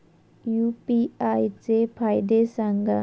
UPI चे फायदे सांगा माका?